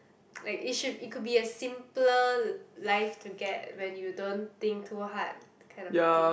like it should it could be a simpler life to get when you don't think too hard that kind of thing